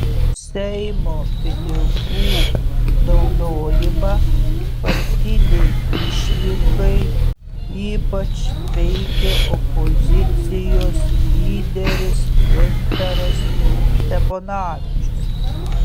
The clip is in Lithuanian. seimo pinigų naudojimą partinei išvykai ypač peikė opozicijos lyderis gintaras steponavičius